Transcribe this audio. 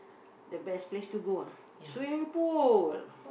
the best place to go ah swimming pool